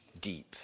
deep